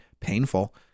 painful